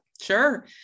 sure